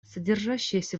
содержащиеся